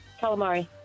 Calamari